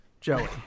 Joey